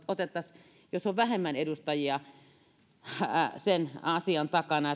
otettaisiin asia käsittelyyn valiokunnissa jos on vähemmän edustajia sen takana